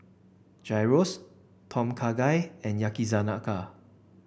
Gyros Tom Kha Gai and Yakizakana